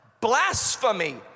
blasphemy